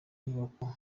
nyubako